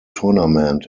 tournament